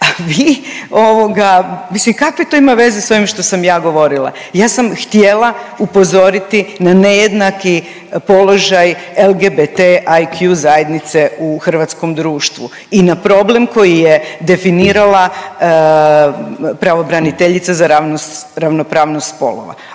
vi ovoga, mislim kakve to ima veze s ovim što sam ja govorila? Ja sam htjela upozoriti na nejednaki položaj LGBTIQ zajednice u hrvatskom društvu i na problem koji je definirala pravobraniteljica za ravnopravnost spolova,